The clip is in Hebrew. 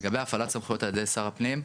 לגבי הפעלת סמכויות על ידי שר הפנים,